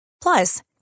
Plus